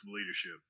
leadership